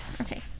okay